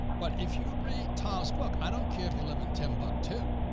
but if you read tom's book, i don't care if you live in timbuktu,